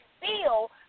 feel